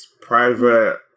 private